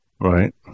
Right